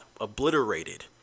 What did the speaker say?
obliterated